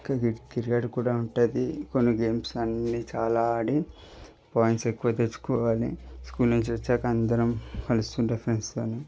ఇంకా క్రి క్రికెట్ కూడ ఉంటుంది కొన్ని గేమ్స్ అన్నీ చాలా ఆడి పాయింట్స్ ఎక్కువ తెచ్చుకోవాలి స్కూల్ నుంచి వచ్చాక అందరం కలుస్తుండే ఫ్రెండ్స్తో